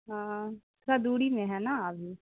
ہاں تھوڑا دوری میں ہیں نا ابھی